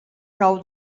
nou